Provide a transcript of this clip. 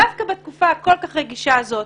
דווקא בתקופה הכול כך רגישה הזאת.